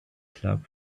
club